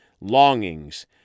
longings